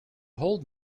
hold